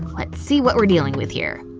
let's see what we're dealing with here.